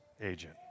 agent